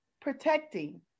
protecting